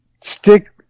stick